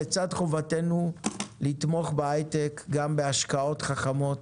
לצד חובתנו לתמוך בהיי-טק גם בהשקעות חכמות,